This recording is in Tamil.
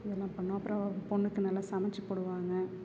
இதெல்லாம் பண்ணுவோம் அப்புறம் பொண்ணுக்கு நல்லா சமைச்சுப் போடுவாங்க